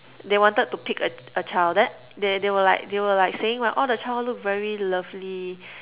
they wanted to pick a a child then they they were like they were like saying !wah! all the child look very lovely